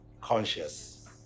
Conscious